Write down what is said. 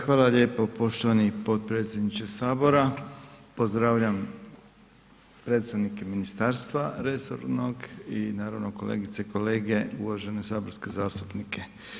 Hvala lijepo poštovani potpredsjedniče Sabora, pozdravljam predstavnike Ministarstva resornog i naravno kolegice i kolege uvažene saborske zastupnike.